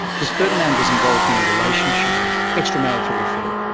because ferdinand was involved in a relationship extramarital affair.